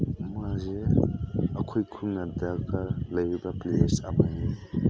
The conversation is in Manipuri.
ꯃꯥꯁꯦ ꯑꯩꯈꯣꯏ ꯈꯨꯟꯅ ꯗꯔꯀꯥꯔ ꯂꯩꯔꯤꯕ ꯄ꯭ꯂꯦꯌꯔꯁ ꯑꯃꯅꯤ